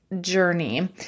journey